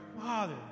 Father